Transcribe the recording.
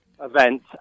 event